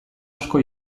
asko